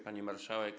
Pani Marszałek!